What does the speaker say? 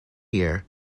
year